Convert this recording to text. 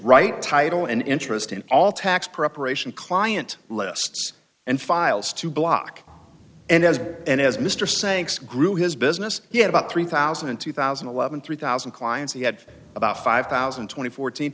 right title and interest in all tax preparation client lists and files to block and as and as mr sake's grew his business he had about three thousand and two thousand and eleven three thousand clients he had about five thousand and twenty fourteen